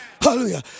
Hallelujah